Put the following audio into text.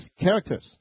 characters